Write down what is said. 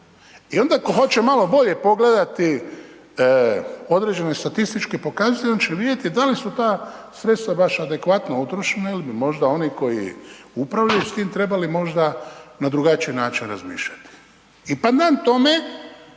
I onda, tko hoće malo bolje pogledati određene statističke pokazatelje, on će vidjeti da li su ta sredstva baš adekvatno utrošena ili bi možda oni koji upravljaju s tim trebali možda na drugačiji način razmišljati. I pandan tome,